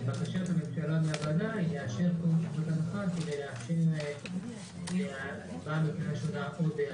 בקשת הממשלה מהוועדה היא לאשר פטור מחובת הנחה כדי להניח עוד היום.